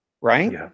right